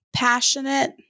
passionate